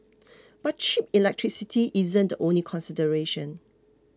but cheap electricity isn't the only consideration